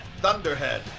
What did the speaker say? Thunderhead